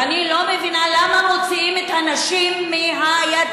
אני לא מבינה למה מוציאים את הנשים מהיציע.